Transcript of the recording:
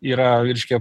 yra reiškia